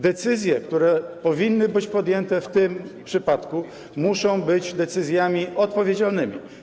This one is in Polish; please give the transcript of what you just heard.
Decyzje, które powinny być podjęte w tym przypadku, muszą być decyzjami odpowiedzialnymi.